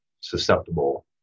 susceptible